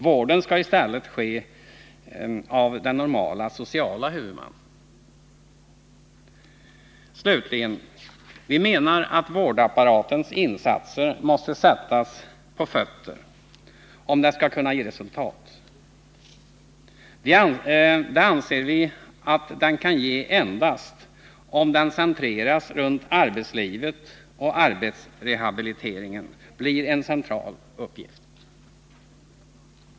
Vården skall i stället ombesörjas av den som normalt är social huvudman. Slutligen menar vi att vårdapparaten måste sättas på fötter om den skall kunna ge resultat, vilket är möjligt endast om den centreras till arbetslivet och om arbetsrehabiliteringen blir en grundläggande uppgift.